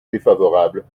défavorable